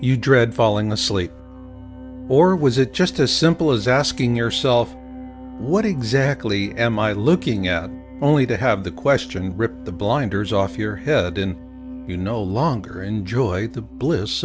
you dread falling asleep or was it just as simple as asking yourself what exactly am i looking at only to have the question rip the blinders off your head and you no longer enjoy the bliss